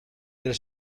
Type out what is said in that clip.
del